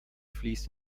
fließt